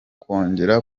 kongera